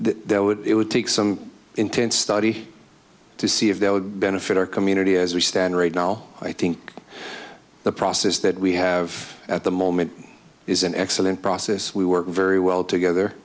that there would it would take some intense study to see if that would benefit our community as we stand right now i think the process that we have at the moment is an excellent process we work very well